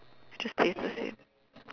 just yesterday